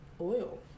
oil